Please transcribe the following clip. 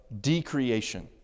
decreation